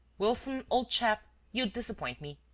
wilson, old chap, you disappoint me.